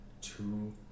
two